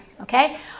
Okay